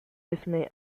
dismay